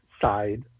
side